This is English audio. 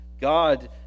God